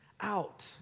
out